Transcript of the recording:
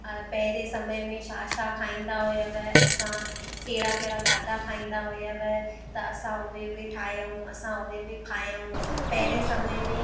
अ पहिरें समय में छा छा खाईंदा हुयव असां कहिड़ा कहिड़ा खाधा खाईंदा हुयव त असां उहे बि ठाहियूं असां उहे बि खायूं पहिरें समय में